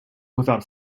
without